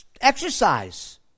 exercise